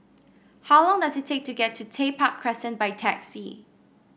how long does it take to get to Tech Park Crescent by taxi